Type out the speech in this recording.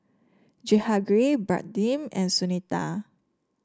Jehangirr Pradip and Sunita